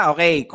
Okay